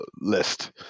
list